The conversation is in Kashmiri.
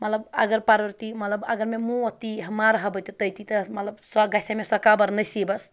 مطلب اگر پَرَر تہِ ییی مطلب اگر مےٚ موت تہِ ییی مَرٕ ہا بہٕ تہِ تٔتی مطلب سۄ گژھِ ہا مےٚ سۄ قبر نٔصیٖبَس